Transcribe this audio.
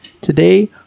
today